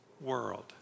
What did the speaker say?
world